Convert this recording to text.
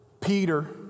Peter